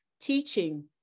teaching